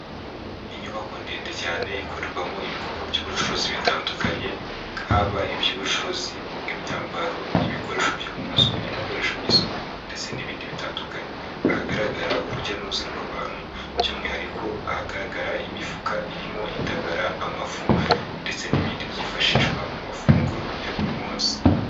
Inyubako ndende cyane ikorerwamo ibikorwa by'ubucuruzi bitandukanye haba iby'ubucuruzi bw'imyambaro, ibikoresho byo mu nzu, ibikoresho by'isuku ndetse n'ibindi bitandukanye, ahagaragara urujya n'uruza rw'abantu, by'umwihariko ahagaragara imifuka irimo indagara, amafu ndetse n'ibindi byifashishwa mu mafunguro ya buri munsi.